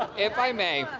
if i may,